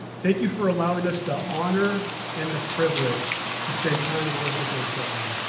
thank you for allowing us the honor and the privilege to spend time and work with your children.